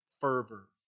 fervor